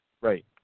Right